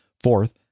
Fourth